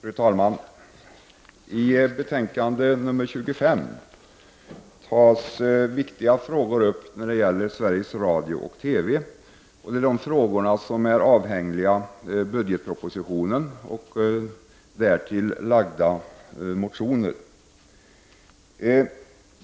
Fru talman! I kulturutskottets betänkande nr 25 tar man upp viktiga frågor när det gäller Sveriges Radio/TV. Dessa frågor behandlas i budgetpropositionen och därtill väckta motioner.